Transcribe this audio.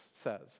says